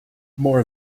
more